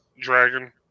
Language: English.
dragon